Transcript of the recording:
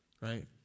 Right